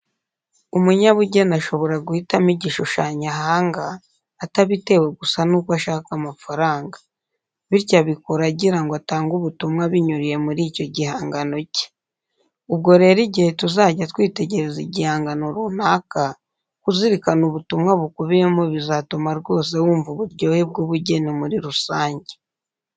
Umunyabugeni ashobora guhitamo igishushanyo ahanga, atabitewe gusa nuko ashaka amafaranga. Bityo, abikora agira ngo atange ubutumwa binyuriye muri icyo gihangano cye. Ubwo rero igihe tuzajya twitegereza igihangano runaka, kuzirikana ubutumwa bukubiyemo bizatuma rwose wumva uburyohe bw'ubugeni muri rusange.